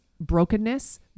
Brokenness